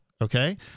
Okay